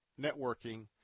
networking